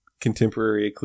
Contemporary